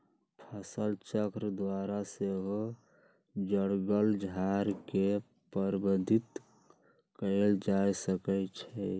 फसलचक्र द्वारा सेहो जङगल झार के प्रबंधित कएल जा सकै छइ